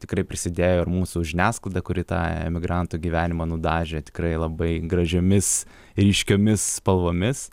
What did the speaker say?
tikrai prisidėjo ir mūsų žiniasklaida kuri tą emigrantų gyvenimą nudažė tikrai labai gražiomis ryškiomis spalvomis